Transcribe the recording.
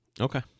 Okay